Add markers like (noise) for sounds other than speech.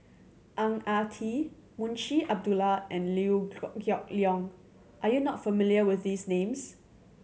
Ang Ah Tee Munshi Abdullah and Liew (unintelligible) Geok Leong are you not familiar with these names